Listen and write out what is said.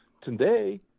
today